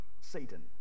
satan